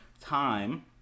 time